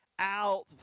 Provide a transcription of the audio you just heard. out